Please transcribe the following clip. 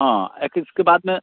हाँ एक इसके बाद में